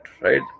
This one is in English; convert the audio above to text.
right